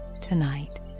tonight